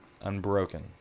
unbroken